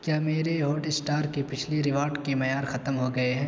کیا میرے Hotstar کے پچھلی ریوارڈ کی میعار ختم ہو گئے ہیں